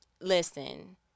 Listen